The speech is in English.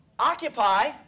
Occupy